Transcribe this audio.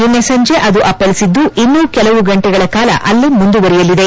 ನಿನ್ನೆ ಸಂಜೆ ಅದು ಅಪ್ಸಳಿಸಿದ್ದು ಇನ್ನೂ ಕೆಲವು ಗಂಟೆಗಳ ಕಾಲ ಅಲ್ಲೇ ಮುಂದುವರಿಯಲಿದೆ